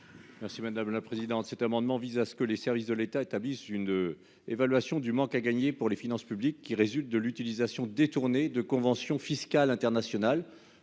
Merci madame la présidente. Cet amendement vise à ce que les services de l'État établissent une évaluation du manque à gagner pour les finances publiques qui résulte de l'utilisation détournée de conventions fiscales internationales